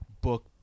book